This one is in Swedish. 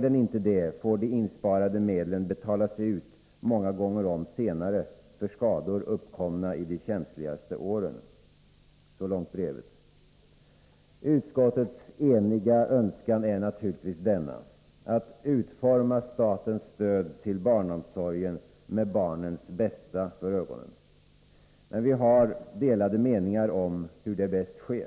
den inte det får de insparade medlen betalas ut många gånger om senare, för skador uppkomna i de känsligaste åren.” Utskottets eniga önskan är naturligtvis denna: att utforma statens stöd till barnomsorgen med barnens bästa för ögonen. Men vi har delade meningar om hur det bäst sker.